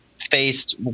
faced